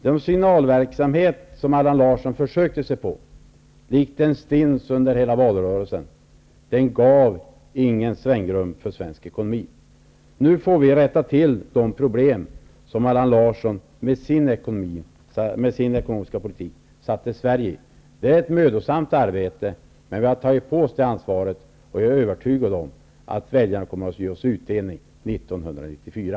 Den signalverksamhet som Allan Larsson försökte sig på lik en stins under hela valrörelsen, den gav inget svängrum för svensk ekonomi. Nu får vi rätta till de problem som Allan Larsson med sin ekonomiska politik satte Sverige i. Det är ett mödosamt arbete, men vi har tagit på oss det ansvaret. Jag är övertygad om att väljarna kommer att ge oss utdelning 1994.